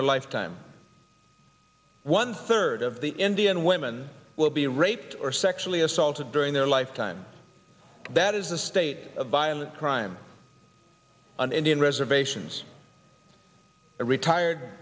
their lifetime one third of the indian women will be raped or sexually assault during their lifetime that is the state of violent crime on indian reservations a retired